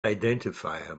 identifier